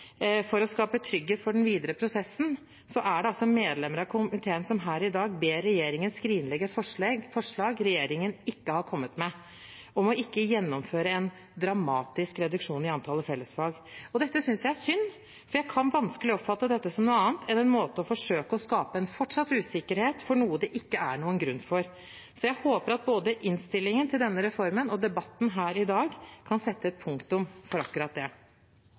for å skape trygghet for den videre prosessen, er det altså medlemmer av komiteen som her i dag ber regjeringen skrinlegge et forslag regjeringen ikke har kommet med, om ikke å gjennomføre en dramatisk reduksjon i antallet fellesfag. Dette synes jeg er synd, for jeg kan vanskelig oppfatte dette som noe annet enn en måte å forsøke å skape fortsatt usikkerhet for noe det ikke er noen grunn for, på. Jeg håper at både innstillingen til denne reformen og debatten her i dag kan sette et punktum for akkurat det.